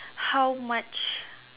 how much